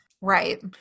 Right